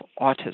autism